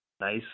nice